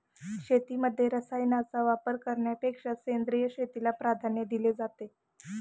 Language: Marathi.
शेतीमध्ये रसायनांचा वापर करण्यापेक्षा सेंद्रिय शेतीला प्राधान्य दिले जाते